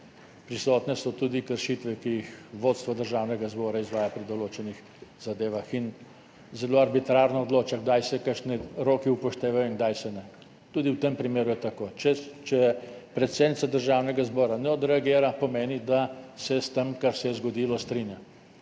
prisotne so tudi kršitve, ki jih vodstvo Državnega zbora izvaja pri določenih zadevah, in zelo arbitrarno odloča, kdaj se kakšni roki upoštevajo in kdaj se ne. Tudi v tem primeru je tako. Če predsednica Državnega zbora ne odreagira, pomeni, da se s tem, kar se je zgodilo, strinja.